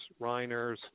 Reiners